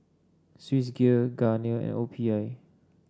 Swissgear Garnier L P I